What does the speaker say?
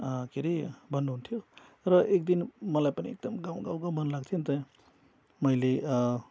के अरे भन्नुहुन्थ्यो र एक दिन मलाई पनि एकदम गाउ गाउ गाउ मन लाग्थ्यो त मैले